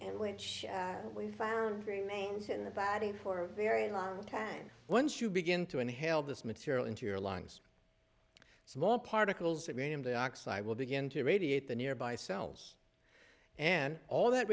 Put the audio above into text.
and which we found remains in the body for a very long time once you begin to inhale this material into your lungs small particles i mean the oxide will begin to radiate the nearby cells and all that